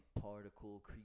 particle